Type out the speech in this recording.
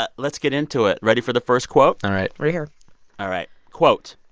but let's get into it ready for the first quote? all right right here all right. quote,